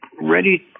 ready